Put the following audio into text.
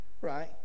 Right